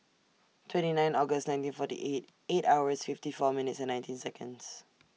twenty nine August nineteen forty eight eight hours fifty four minutes and nineteen Seconds